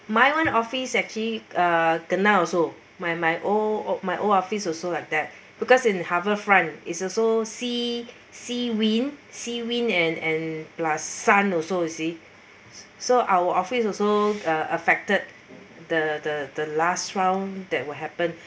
mine [one] office actually uh kena also my my old my old office also like that because in harbourfront is also sea sea wind sea wind and and plus sun also you see so our office also uh affected the the the last round that will happen